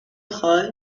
خوای